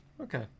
Okay